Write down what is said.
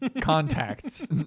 Contacts